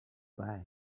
bye